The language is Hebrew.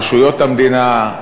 רשויות המדינה,